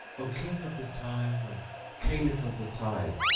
o king of the time and caliph of the tide,